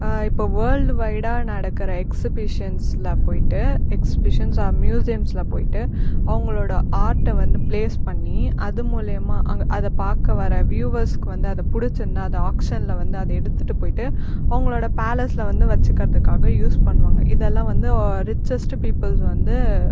இப்போ வேர்ல்டு வய்டா நடக்கிற எக்ஸிபிஷன்ஸில் போயிட்டு எக்ஸிபிஷன் ஆர் மியூசியம்ஸில் போயிட்டு அவங்களோட ஆர்ட்ட வந்து ப்ளேஸ் பண்ணி அது மூலிமா அங் அதை பார்க்க வர வியூவர்ஸுக்கு வந்து அதை பிடிச்சிருந்தா அதை ஆக்ஷனில் வந்து அதை எடுத்துகிட்டு போயிட்டு அவங்களோட பேலஸில் வந்து வச்சுக்கறதுக்காக யூஸ் பண்ணுவாங்கள் இதெல்லாம் வந்து ரிச்செஸ்ட்டு பீப்பிள்ஸ் வந்து